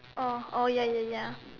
oh oh ya ya ya